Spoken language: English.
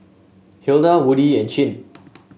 Hilda Woodie and Chin